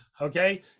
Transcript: Okay